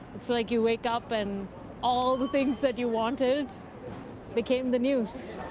it's like you wake up and all the things that you wanted became the news.